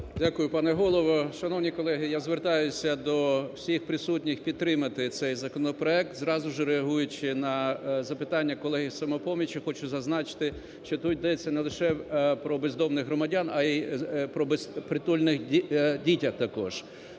Дякую, пане Голово! Шановні колеги, я звертаюся до всіх присутніх підтримати цей законопроект. Зразу ж, реагуючи на запитання колеги із "Самопомочі", хочу зазначити, що тут йдеться не лише про бездомних громадян, але й про безпритульних дітей також.